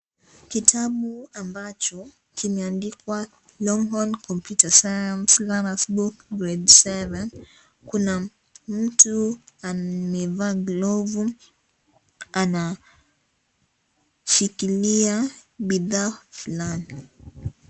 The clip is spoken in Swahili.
Kitabu ambacho kimeandikwa (cs) longhorn computer science learners books grade 7(cs) kuna mtu amevaa glovu anashikilia bidhaa fulani.